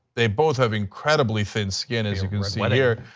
they both have incredibly thin skin as you can see and here.